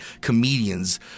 comedians